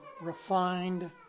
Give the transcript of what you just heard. refined